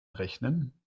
rechnen